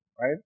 right